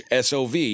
SOV